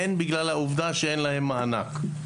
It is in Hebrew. והן בגלל העובדה שאין להם מענק.